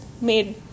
made